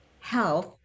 health